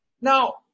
Now